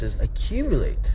accumulate